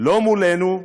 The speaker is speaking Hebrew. לא מולנו,